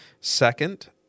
second